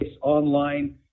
online